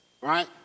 right